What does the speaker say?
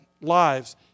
lives